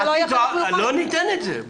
לא ניתן את זה.